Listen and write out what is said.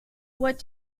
what